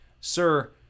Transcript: sir